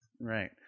right